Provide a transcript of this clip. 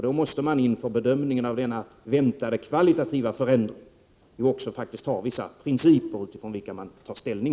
Då måste man inför en bedömning av den väntade, kvalitativa förändringen faktiskt ha vissa principer utifrån vilka man tar ställning.